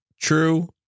true